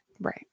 right